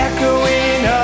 Echoing